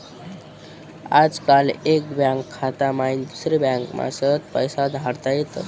आजकाल एक बँक खाता माईन दुसरी बँकमा सहज पैसा धाडता येतस